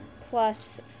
Plus